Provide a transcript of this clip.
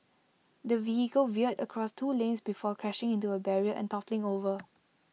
the vehicle veered across two lanes before crashing into A barrier and toppling over